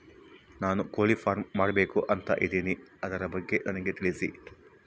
ನಾನು ಕೋಳಿ ಫಾರಂ ಮಾಡಬೇಕು ಅಂತ ಇದಿನಿ ಅದರ ಬಗ್ಗೆ ನನಗೆ ತಿಳಿಸಿ?